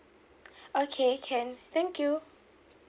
okay can thank you